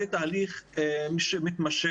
זה תהליך שמתמשך.